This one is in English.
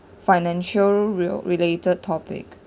financial rel~ related topic